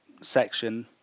section